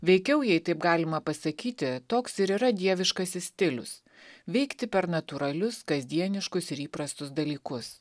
veikiau jei taip galima pasakyti toks ir yra dieviškasis stilius veikti per natūralius kasdieniškus ir įprastus dalykus